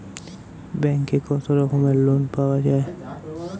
ব্যাঙ্কে কত রকমের লোন পাওয়া য়ায়?